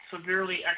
severely